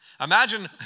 Imagine